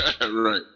Right